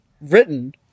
written